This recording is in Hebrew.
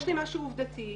יש לי משהו עובדתי.